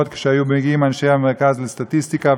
כשהיו מגיעים אנשי הלשכה המרכזית לסטטיסטיקה,